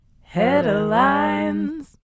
Headlines